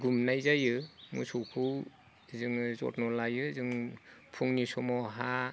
गुमनाय जायो मोसौखो जोङो जथ्न लायो जों फुंनि समावहा